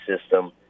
system